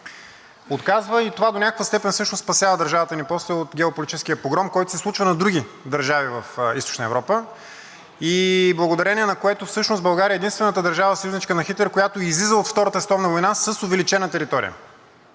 Отказва и това до някаква степен всъщност спасява държавата ни после от геополитическия погром, който се случва на други държави в Източна Европа, благодарение на което всъщност България е единствената държава – съюзничка на Хитлер, която излиза от Втората световна война с увеличена територия.